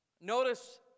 notice